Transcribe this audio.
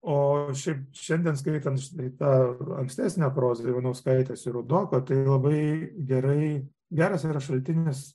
o šiaip šiandien skaitant štai tą ankstesnę prozą ivanauskaitės ir rudoko tai labai gerai geras šaltinis